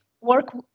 work